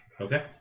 Okay